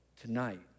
Tonight